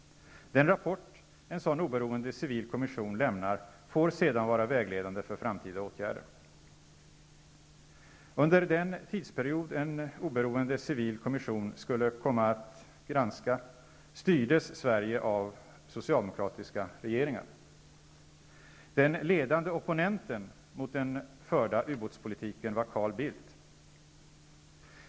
Den rapport en sådan oberoende civil kommission lämnar får sedan vara vägledande för framtida åtgärder. Under den tidsperiod en oberoende civil kommission skulle komma att granska styrdes Sverige av socialdemokratiska regeringar. Den ledande opponenten mot den förda ubåtspolitiken var Carl Bildt.